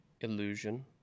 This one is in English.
Illusion